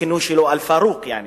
הכינוי שלו, אל-פארוק, יעני,